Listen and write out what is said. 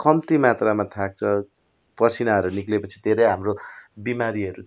कम्ती मात्रमा थाक्छ पसिनाहरू निक्लेपछि धेरै हाम्रो बिमारीहरू